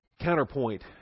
counterpoint